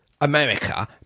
America